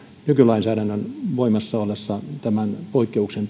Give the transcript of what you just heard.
nykylainsäädännön voimassa ollessa tämän poikkeuksen